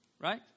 Right